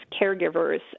caregivers